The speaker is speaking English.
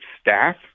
staff